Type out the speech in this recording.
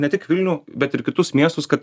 ne tik vilnių bet ir kitus miestus kad